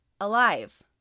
alive